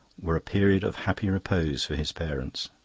were a period of happy repose for his parents.